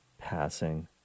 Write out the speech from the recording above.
passing